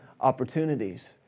opportunities